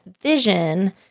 vision